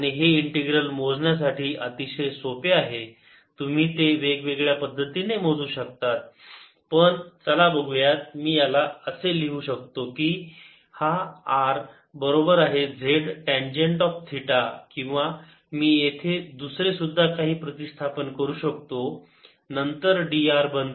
आणि हे इंटीग्रल मोजण्यासाठी अतिशय सोपे आहे तुम्ही हे वेगवेगळ्या पद्धतीने मोजू शकतात पण चला बघूया मी याला असे लिहू शकतो का r बरोबर आहे z टँजेन्ट ऑफ थिटा किंवा मी येथे दुसरे सुद्धा काही प्रतिस्थापन करू शकतो नंतर d r बनते z सेकंट स्क्वेअर थिटा